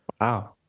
Wow